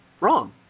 Wrong